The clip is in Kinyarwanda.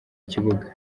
kibuga